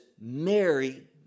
Mary